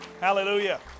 Hallelujah